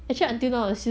mm